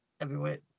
Heavyweight